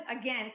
again